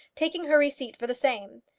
taking her receipt for the same.